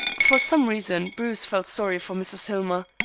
for some reason bruce felt sorry for mrs. hillmer.